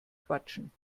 quatschen